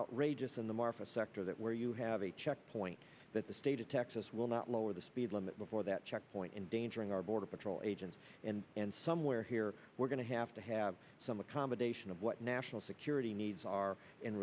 outrageous in the marfa sector that where you have a checkpoint that the state of texas will not lower the speed limit before that checkpoint endangering our border patrol agents and and somewhere here we're going to have to have some accommodation of what national security needs are in